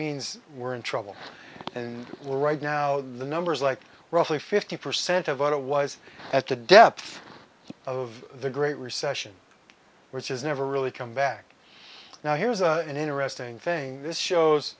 means we're in trouble and we're right now the numbers like roughly fifty percent of what it was at the depth of the great recession which is never really come back now here's an interesting thing this shows